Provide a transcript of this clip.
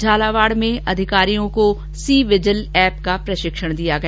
झालावाड़ में अधिकारियों को सी विजिल एप का प्रशिक्षण किया गया